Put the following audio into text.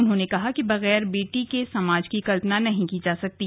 उन्होंने कहा कि बगैर बेटी के समाज की कल्पना नहीं की जा सकती है